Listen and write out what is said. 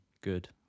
good